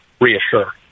reassure